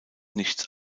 nichts